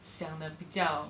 想得比较